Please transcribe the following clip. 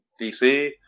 DC